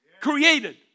created